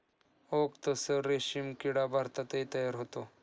okay tussar रेशीम किडा भारतातही तयार होतो